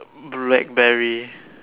Bl~ Blackberry